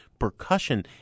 percussion